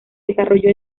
desarrolló